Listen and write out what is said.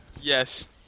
Yes